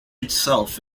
itself